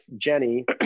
Jenny